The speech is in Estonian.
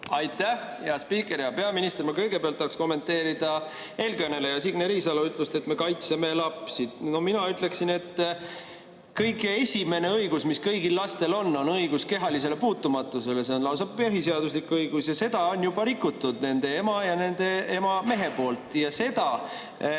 Aitäh, hea spiiker! Hea peaminister! Ma kõigepealt tahaks kommenteerida eelkõneleja Signe Riisalo ütlust, et me kaitseme lapsi. No mina ütleksin, et kõige esimene õigus, mis kõigil lastel on, on õigus kehalisele puutumatusele. See on lausa põhiseaduslik õigus ja seda on juba rikutud nende ema ja nende ema mehe poolt. Ja see